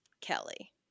Kelly